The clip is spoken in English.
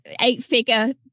eight-figure